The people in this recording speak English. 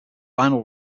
vinyl